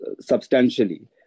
substantially